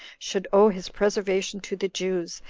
should owe his preservation to the jews,